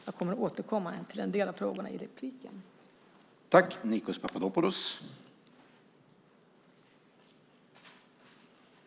Jag återkommer till en del av frågorna i mitt nästa inlägg.